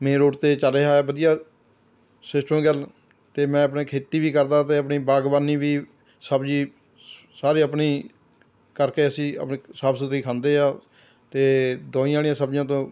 main road 'ਤੇ ਚੱਲ ਰਿਹਾ ਹੈ ਵਧੀਆ ਸਿਸਟਮ ਗੇਲ ਅਤੇ ਮੈਂ ਆਪਣੀ ਖੇਤੀ ਵੀ ਕਰਦਾ ਅਤੇ ਆਪਣੀ ਬਾਗਬਾਨੀ ਵੀ ਸਬਜ਼ੀ ਸ ਸਾਰੀ ਆਪਣੀ ਕਰਕੇ ਅਸੀਂ ਆਪਣੀ ਸਾਫ ਸੁਥਰੀ ਖਾਂਦੇ ਹਾਂ ਅਤੇ ਦਵਾਈਆਂ ਵਾਲੀਆਂ ਸਬਜ਼ੀਆਂ ਤੋਂ